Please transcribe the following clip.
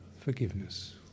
forgiveness